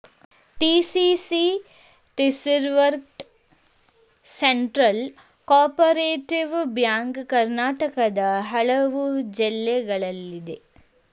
DCC district central cooperative banks ಕರ್ನಾಟಕದ ಹಲವು ಜಿಲ್ಲೆಗಳಲ್ಲಿದೆ